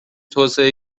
توسعه